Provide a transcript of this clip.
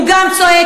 הוא גם צועק,